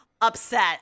upset